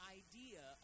idea